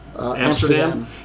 Amsterdam